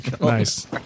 Nice